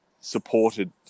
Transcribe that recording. supported